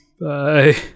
Bye